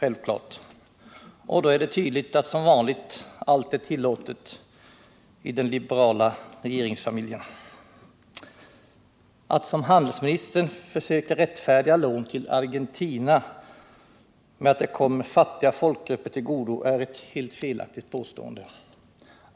Det är tydligt att som vanligt allt är tillåtet i den liberala regeringsfamiljen. När handelsministern försöker rättfärdiga lån till Argentina genom att säga att det kommer fattiga folkgrupper till godo gör han sig skyldig till ett felaktigt påstående.